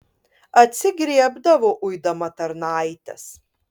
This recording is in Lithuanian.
atsigriebdavo uidama tarnaites